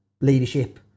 leadership